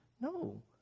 No